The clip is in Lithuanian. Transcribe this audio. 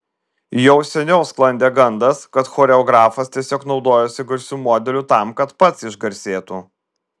jau seniau sklandė gandas kad choreografas tiesiog naudojasi garsiu modeliu tam kad pats išgarsėtų